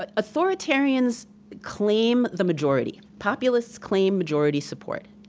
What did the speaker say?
but authoritarians claim the majority. populists claim majority support.